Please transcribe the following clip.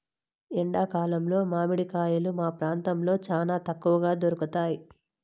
ఎండా కాలంలో మామిడి కాయలు మా ప్రాంతంలో చానా తక్కువగా దొరుకుతయ్